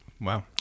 Wow